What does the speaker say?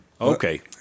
Okay